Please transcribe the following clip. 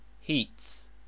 heats